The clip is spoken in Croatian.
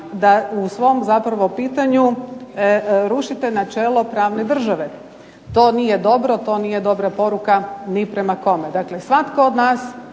da u svom zapravo pitanju rušite načelo pravne države. To nije dobro, to nije dobra poruka ni prema kome. Dakle, svatko od nas